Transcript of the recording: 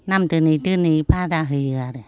नाम दोनै दोनै बादा होयो आरो